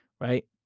right